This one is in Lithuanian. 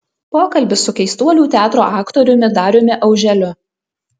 pokalbis su keistuolių teatro aktoriumi dariumi auželiu